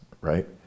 right